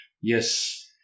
Yes